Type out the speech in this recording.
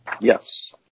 yes